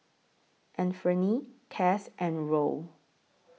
Anfernee Cass and Roe